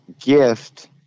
gift